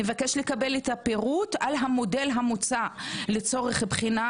נבקש לקבל את הפירוט על המודל המוצע לצורך בחינה